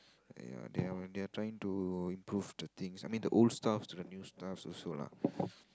ya they are they are trying to improve the things I mean the old stuff to the new stuff also lah